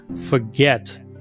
forget